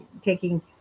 taking